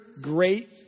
great